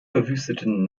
verwüsteten